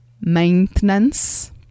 maintenance